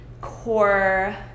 core